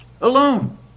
alone